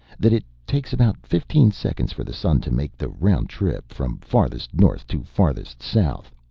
that it takes about fifteen seconds for the sun to make the round trip from farthest north to farthest south.